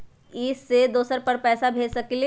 इ सेऐ हम दुसर पर पैसा भेज सकील?